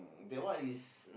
that one is